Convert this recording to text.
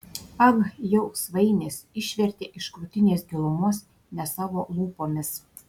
ag jau svainis išvertė iš krūtinės gilumos ne savo lūpomis